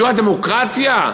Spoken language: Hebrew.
זו הדמוקרטיה?